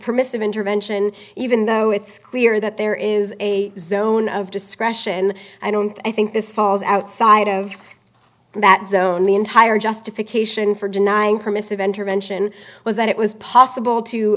permissive intervention even though it's clear that there is a zone of discretion i don't think i think this falls outside of that zone the entire justification for denying permissive intervention was that it was possible to